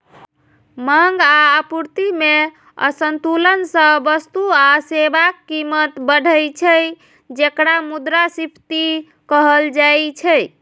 मांग आ आपूर्ति मे असंतुलन सं वस्तु आ सेवाक कीमत बढ़ै छै, जेकरा मुद्रास्फीति कहल जाइ छै